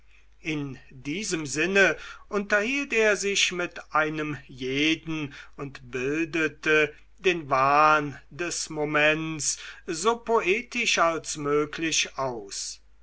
in diesem sinne unterhielt er sich mit einem jeden und bildete den wahn des moments so poetisch als möglich aus